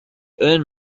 earn